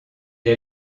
est